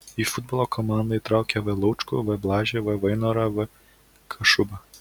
į futbolo komandą įtraukė v laučkų v blažį r vainorą v kašubą